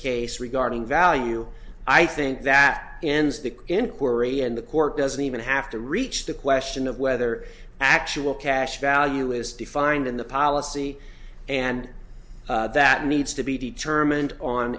case regarding value i think that ends the inquiry and the court doesn't even have to reach the question of whether actual cash value is defined in the policy and that needs to be determined on